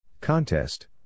Contest